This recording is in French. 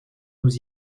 nous